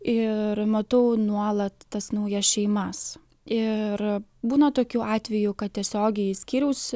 ir matau nuolat tas naujas šeimas ir būna tokių atvejų kad tiesiogiai skyriaus